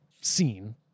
scene